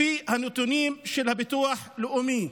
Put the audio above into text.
לפי הנתונים של הביטוח הלאומי.